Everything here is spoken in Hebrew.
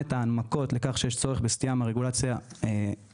את ההנמקות לכך שיש צורך בסטייה מהרגולציה באירופה.